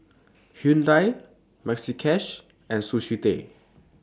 Hyundai Maxi Cash and Sushi Tei